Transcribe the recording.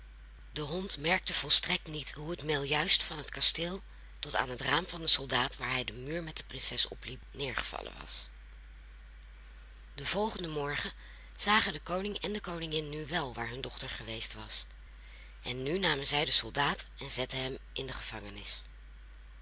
de hond merkte volstrekt niet hoe het meel juist van het kasteel tot aan het raam van den soldaat waar hij den muur met de prinses opliep neergevallen was den volgenden morgen zagen de koning en de koningin nu wel waar hun dochter geweest was en nu namen zij den soldaat en zetten hem in de gevangenis